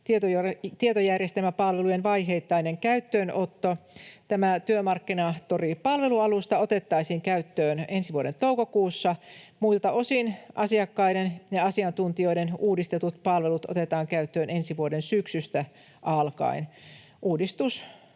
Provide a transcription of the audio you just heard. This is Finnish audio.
tietojärjestelmäpalvelujen vaiheittainen käyttöönotto. Tämä Työmarkkinatori-palvelualusta otettaisiin käyttöön ensi vuoden toukokuussa. Muilta osin asiakkaiden ja asiantuntijoiden uudistetut palvelut otettaisiin käyttöön ensi vuoden syksystä alkaen. Uudistetut